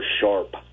sharp